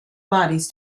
bodies